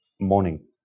morning